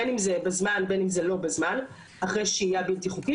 בין אם זה בזמן ובין אם זה לא בזמן אחרי שהייה בלתי חוקית,